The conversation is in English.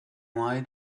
why